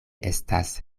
estas